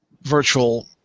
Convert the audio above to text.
virtual